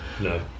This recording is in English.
No